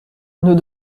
nos